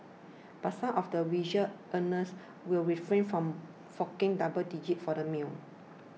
but some of the visual earners will refrain from forking double digits for the meal